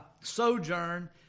sojourn